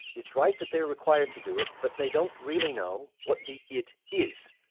it's right that they're required to do it, but they don't really know what the it is.